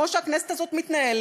כמו שהכנסת הזאת מתנהלת,